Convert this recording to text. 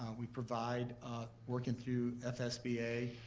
we provide working through fsba,